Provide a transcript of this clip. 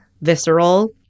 visceral